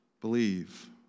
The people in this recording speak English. believe